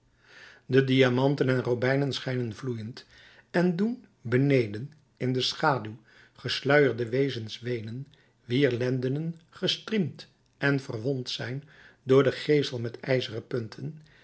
do diamanten en robijnen schijnen vloeiend en doen beneden in de schaduw gesluierde wezens weenen wier lendenen gestriemd en verwond zijn door den geesel met ijzeren punten